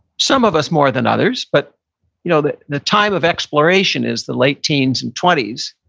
some of us more than others. but you know the the time of exploration is the late teens and twenty s.